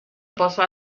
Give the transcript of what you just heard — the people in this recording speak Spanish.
pozo